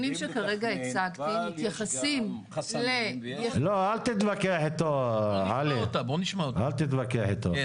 לא, אל תתווכח איתו עלי, אל תתווכח איתו,